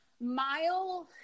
Mile